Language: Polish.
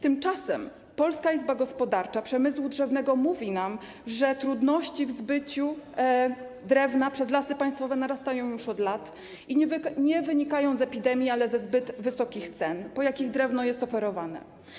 Tymczasem Polska Izba Gospodarcza Przemysłu Drzewnego mówi nam, że trudności w zbyciu drewna przez Lasy Państwowe narastają już od lat i nie wynikają z epidemii, ale ze zbyt wysokich cen, w jakich drewno jest oferowane.